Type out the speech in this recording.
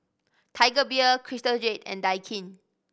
Tiger Beer Crystal Jade and Daikin